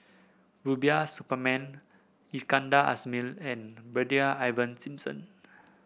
Rubiah Suparman Iskandar Ismail and Brigadier Ivan Simson